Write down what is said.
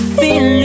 feel